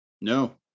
No